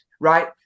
right